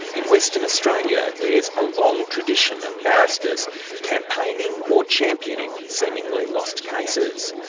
in western australia there's a long tradition of barristers campaigning or championing seemingly lost cases.